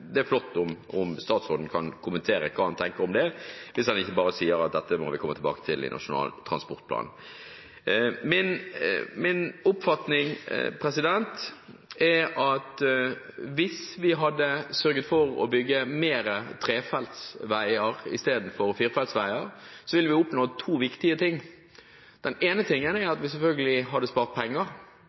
Det er flott om statsråden kan kommentere hva han tenker om det, hvis han ikke bare sier at dette må vi komme tilbake til i Nasjonal transportplan. Min oppfatning er at hvis vi hadde sørget for å bygge mer trefelts vei istedenfor firefelts vei, ville vi oppnådd to viktige ting. Den ene tingen er at vi selvfølgelig hadde spart penger.